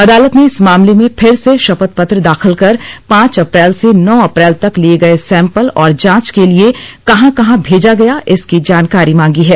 अदालत ने इस मामले में फिर से शपथ पत्र दाखिल कर पांच अप्रैल से नौ अप्रैल तक लिए गए सैंपल और जांच के लिए कहां कहां मेजा गया इसकी जानकारी मांगी है